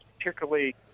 particularly